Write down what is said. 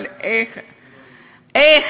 אבל איך אפשר?